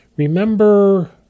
Remember